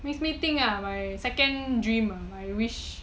makes me think ah my second dream my wish